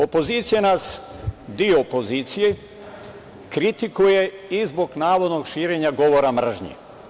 Opozicija nas, deo opozicije, kritikuje i zbog navodnog širenja govora mržnje.